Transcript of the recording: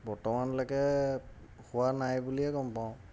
বৰ্তমানলৈকে হোৱা নাই বুলিয়ে গম পাওঁ